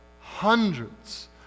hundreds